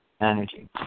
energy